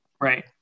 Right